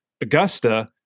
Augusta